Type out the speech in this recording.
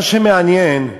מה שמעניין,